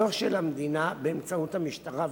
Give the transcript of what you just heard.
זו של המדינה, באמצעות המשטרה והפרקליטות,